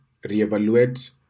reevaluate